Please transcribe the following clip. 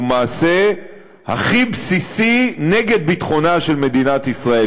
המעשה הכי בסיסי נגד ביטחונה של מדינת ישראל,